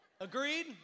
Agreed